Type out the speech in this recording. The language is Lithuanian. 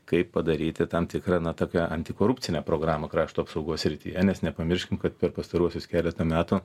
kaip padaryti tam tikrą na tokią antikorupcinę programą krašto apsaugos srityje nes nepamirškim kad per pastaruosius keletą metų